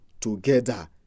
together